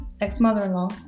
ex-mother-in-law